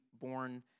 born